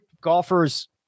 golfer's